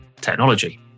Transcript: technology